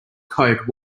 coat